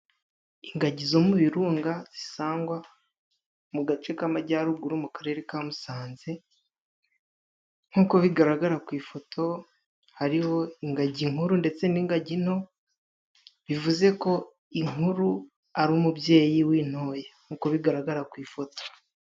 Ingagi zo mu birunga zisangwa mu gace k'amajyaruguru mu karere ka musanze. Nk'uko bigaragara ku ifoto hariho ingagi nkuru ndetse n'ingagi nto bivuze ko inkuru ari umubyeyi w'intoya, nkuko bigaragara ku ifoto.